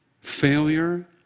failure